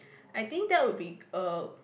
I think that will be a